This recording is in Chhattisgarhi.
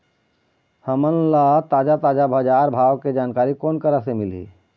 हमन ला ताजा ताजा बजार भाव के जानकारी कोन करा से मिलही?